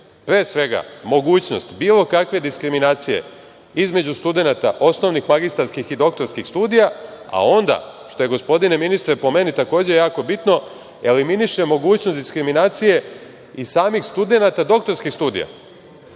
pre svega mogućnost bilo kakve diskriminacije između studenata osnovnih, magistarskih i doktorskih studija, a onda, što je, gospodine ministre, po meni, takođe jako bitno, eliminiše mogućnost diskriminacije i samih studenata doktorskih studija